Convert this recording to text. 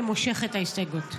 אני מושכת את ההסתייגויות.